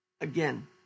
Again